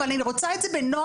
אני רוצה את זה בנוהל,